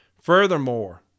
Furthermore